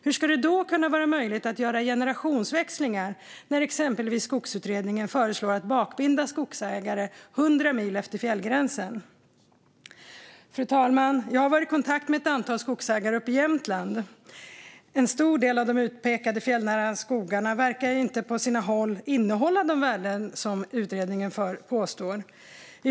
Hur ska det då vara möjligt att göra generationsväxlingar när exempelvis Skogsutredningen föreslår att man ska bakbinda skogsägare 100 mil efter fjällgränsen? Fru talman! Jag har varit i kontakt med ett antal skogsägare uppe i Jämtland. En stor del av de utpekade fjällnära skogarna verkar på sina håll inte innehålla de värden som utredningen påstår att de gör.